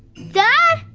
dad?